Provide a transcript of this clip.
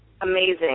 amazing